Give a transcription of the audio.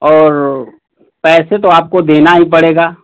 और पैसे तो आपको देना ही पड़ेगा